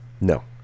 no